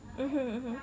mmhmm